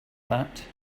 that